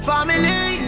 Family